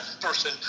person